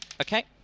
okay